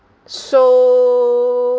so